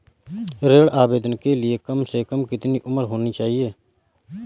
ऋण आवेदन के लिए कम से कम कितनी उम्र होनी चाहिए?